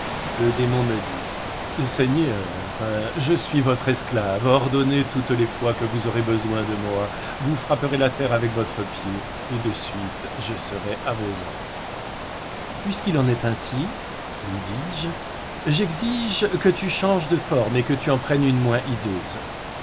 le démon me dit seigneur je suis votre esclave ordonnez toutes les fois que vous aurez besoin de moi vous frapperez la terre avec votre pied et de suite je serai à vos ordres puisqu'il en est ainsi lui dis-je j'exige que tu changes de forme et que tu en prennes une moins